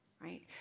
Right